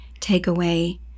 takeaway